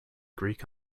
greek